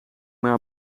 maar